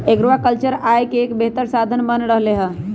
aquaculture आय के एक बेहतर साधन बन रहले है